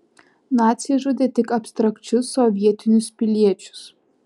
naciai žudė tik abstrakčius sovietinius piliečius